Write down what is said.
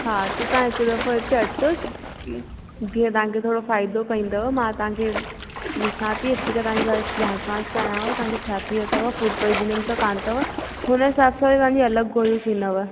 हा त तव्हां हिकु दफ़ो हिते अचो जीअं तव्हांखे थोरो फ़ाइदो पईंदव मां तव्हां ॾिसां थी अची करे तव्हांजे लाइ जांच वांच कयांव तव्हांखे छा थियो अथव तव्हांखे फूड पॉइज़निंग त कोन्ह अथव हुन हिसाब सां तव्हांजी अलॻि गोरी थींदव